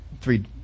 three